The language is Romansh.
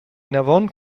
vinavon